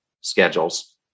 schedules